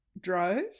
drove